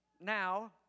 now